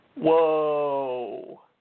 Whoa